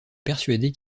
persuadée